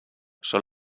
són